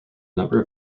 number